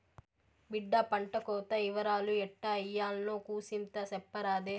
బిడ్డా పంటకోత ఇవరాలు ఎట్టా ఇయ్యాల్నో కూసింత సెప్పరాదే